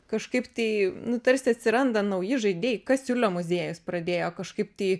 kažkaip tai nu tarsi atsiranda nauji žaidėjai kasiulio muziejus pradėjo kažkaip tai